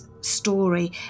Story